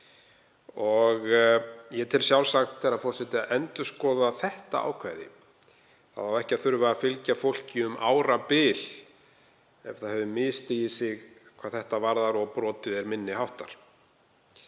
Ég tel sjálfsagt, herra forseti, að endurskoða þetta ákvæði. Það á ekki að þurfa að fylgja fólki um árabil ef það hefur misstigið sig hvað þetta varðar og brotið er minni háttar.